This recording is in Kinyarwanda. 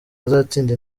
azatsinda